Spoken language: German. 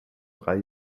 drei